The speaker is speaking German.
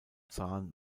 zahn